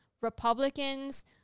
Republicans